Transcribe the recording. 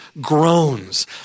groans